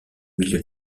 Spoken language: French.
milieu